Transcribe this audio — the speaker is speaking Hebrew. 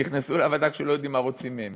נכנסו לוועדה כשהם לא יודעים מה רוצים מהם,